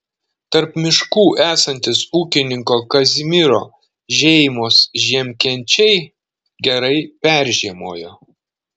tarp miškų esantys ūkininko kazimiro žeimos žiemkenčiai gerai peržiemojo